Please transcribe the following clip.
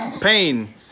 Pain